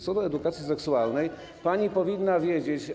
Co do edukacji seksualnej pani powinna wiedzieć.